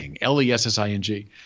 L-E-S-S-I-N-G